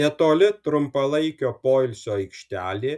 netoli trumpalaikio poilsio aikštelė